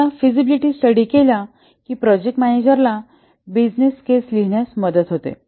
एकदा feasibility study केला की प्रोजेक्ट मॅनेजर ला बिझनेस केस लिहिण्यास मदत होते